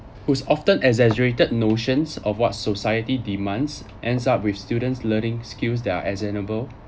whose often exaggerated notions of what society demands ends up with students' learning skills that are examinable